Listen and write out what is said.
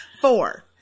Four